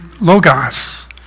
logos